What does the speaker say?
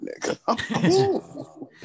nigga